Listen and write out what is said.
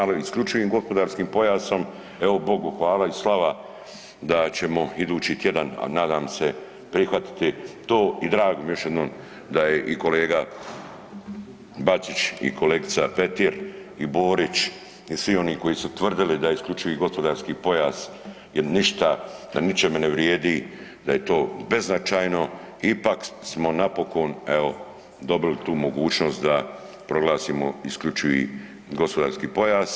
Ali isključivim gospodarskim pojasom evo Bogu hvala i slava da ćemo idući tjedan, a nadam se prihvatiti to i drago mi je još jednom da je i kolega Bačić i kolegica Petir, i Borić i svi oni koji su tvrdili da je isključivi gospodarski pojas je ništa, da ničemu ne vrijedi, da je to beznačajno ipak smo napokon evo dobili tu mogućnost da proglasimo isključivi gospodarski pojas.